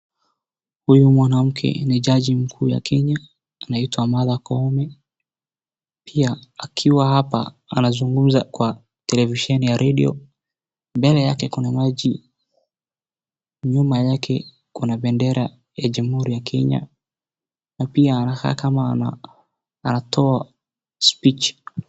Huyu mwanamke ni judge mkuu ya Kenya. Anaitwa Martha Koome. Pia akiwa hapa anazungumza kwa televisheni ya radio. Mbele yake kuna maji, nyuma yake kuna bendera ya jamhuri ya Kenya na pia anakaa kama anatoa speech .